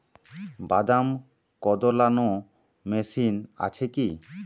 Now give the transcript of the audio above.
বাদাম কদলানো মেশিন আছেকি?